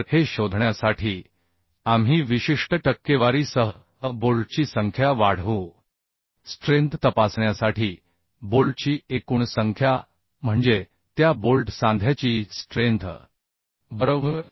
तर हे शोधण्यासाठी आम्ही विशिष्ट टक्केवारीसह बोल्टची संख्या वाढवू स्ट्रेंथ तपासण्यासाठी बोल्टची एकूण संख्या म्हणजे त्या बोल्ट सांध्याची स्ट्रेंथ बरोबर